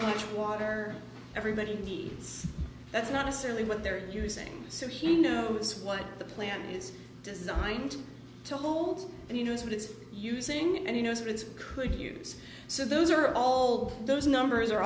much water everybody needs that's not necessarily what they're using so he knows what the plant is designed to hold and he knows what it's using and you know if it's could use so those are all those numbers are